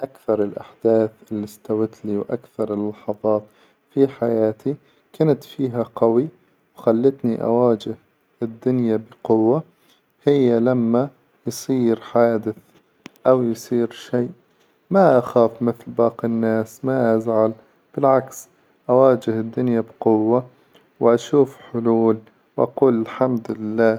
أكثر الأحداث إللي استوت لي وأكثر الحظات في حياتي كنت فيها قوي وخلتني أواجه الدنيا بقوة هي لما يصير حادث أو يصير شي ما أخاف مثل باقي الناس، ما أزعل بالعكس أواجه الدنيا بقوة، وأشوف حلول، وأقول الحمد لله.